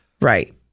Right